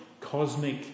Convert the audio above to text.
cosmic